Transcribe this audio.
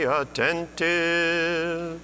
attentive